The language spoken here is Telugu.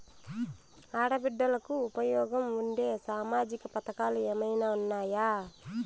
ఆడ బిడ్డలకు ఉపయోగం ఉండే సామాజిక పథకాలు ఏమైనా ఉన్నాయా?